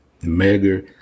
mega